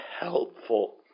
helpful